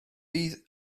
bydd